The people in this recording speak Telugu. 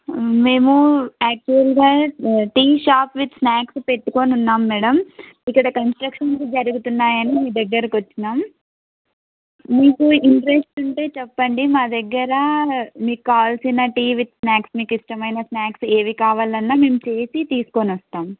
మేము యాక్చువల్గా టీ షాప్ విత్ స్నాక్స్ పెట్టుకొని ఉన్నాం మేడం ఇక్కడ కన్స్ట్రక్షన్ జరుగుతున్నాయని మీ దగ్గరకి వచ్చినాం మీకు ఇంట్రెస్ట్ ఉంటే చెప్పండి మా దగ్గర మీకు కావాల్సిన టీ విత్ స్నాక్స్ మీకు ఇష్టమైన స్నాక్స్ ఏవి కావాలన్నా మేము చేసి తీసుకొని వస్తాం